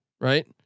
Right